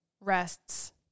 rests